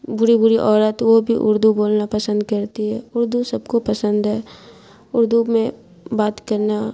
بوڑھی بوڑھی عورت وہ بھی اردو بولنا پسند کرتی ہے اردو سب کو پسند ہے اردو میں بات کرنا